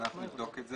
אנחנו נבדוק את זה.